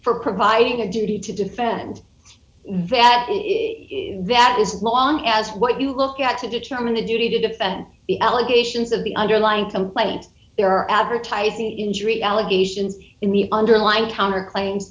for providing a duty to defend that that is as long as what you look at to determine a duty to defend the allegations of the underlying complaint there are advertising injury allegations in the underlying counterclaims